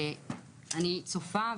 אני צופה,